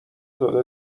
داده